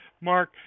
Mark